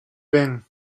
ven